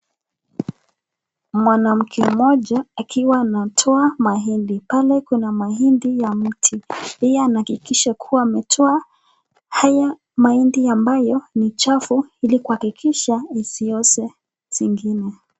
Mwanamke mmoja akiwa anatoa mahindi, pale kuna mahindi ya mti. Yeye anahakikisha kuwa ametoa hayo mahindi ambayo ni chafu ili kuhakikisha isioze zingine.